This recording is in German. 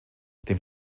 dem